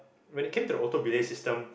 when it came to the auto belay system